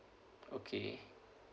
okay